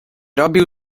robił